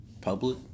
public